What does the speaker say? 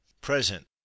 Present